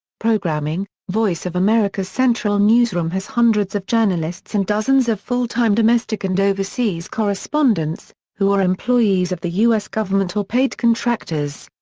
programming voice of america's central newsroom has hundreds of journalists and dozens of full-time domestic and overseas correspondents, who are employees of the u s. government or paid contractors.